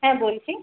হ্যাঁ বলছি